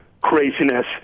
craziness